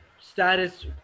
status